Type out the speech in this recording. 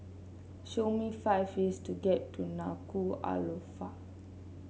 show me five ways to get to Nuku'alofa